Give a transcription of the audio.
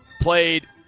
played